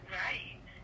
right